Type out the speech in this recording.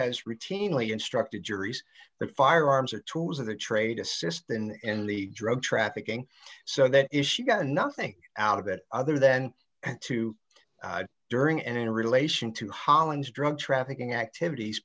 has routinely instructed juries the firearms are tools of the trade assist in the drug trafficking so that if she got nothing out of it other than to during and in relation to holland's drug trafficking activities